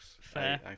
Fair